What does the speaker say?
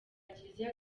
kiliziya